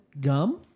gum